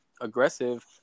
aggressive